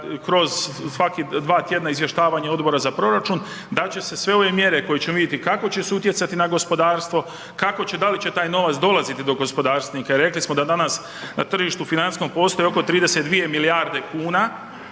kroz svaki dva tjedna izvještavanja Odbora za proračun, dal će se sve ove mjere koje ćemo vidjeti kako će se utjecati na gospodarstvo, kako će, da li će taj novac dolaziti do gospodarstvenika i rekli smo da danas na tržištu financijskom postoji oko 32 milijarde kuna,